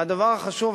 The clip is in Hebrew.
והדבר החשוב,